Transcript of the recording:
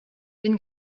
bin